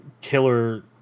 killer